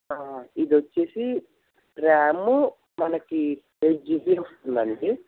ఇది వచ్చి ర్యాము మనకి ఎయిట్ జీబీ వస్తుంది అండి